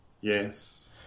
Yes